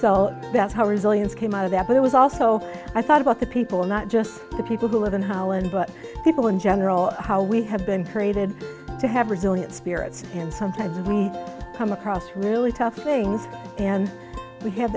so that's how resilience came out of that but it was also i thought about the people not just the people who live in holland but people in general how we have been created to have resilient spirits and sometimes we come across really tough things and we ha